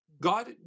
God